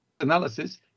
analysis